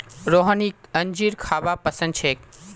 रोहिणीक अंजीर खाबा पसंद छेक